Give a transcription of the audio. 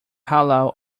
halal